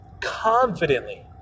confidently